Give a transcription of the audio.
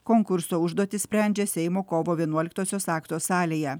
konkurso užduotis sprendžia seimo kovo vienuoliktosios akto salėje